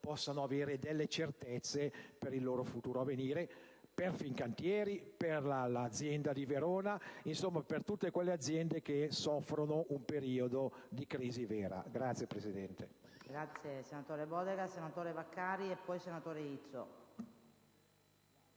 possano avere certezze per il loro futuro a venire, per Fincantieri, per l'azienda di Verona e per tutte quelle aziende che soffrono un periodo di vera crisi.